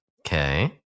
okay